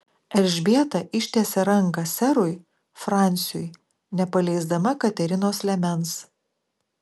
elžbieta ištiesė ranką serui fransiui nepaleisdama katerinos liemens